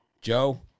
Joe